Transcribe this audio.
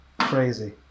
crazy